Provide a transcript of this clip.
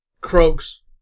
croaks